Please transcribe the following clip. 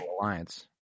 Alliance